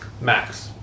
max